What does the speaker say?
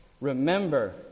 Remember